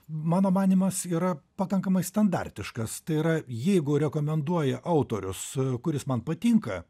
mano manymas yra pakankamai standartiškas tai yra jeigu rekomenduoja autorius kuris man patinka